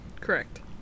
Correct